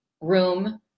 room